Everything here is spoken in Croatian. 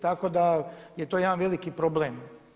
Tako da je to jedan veliki problem.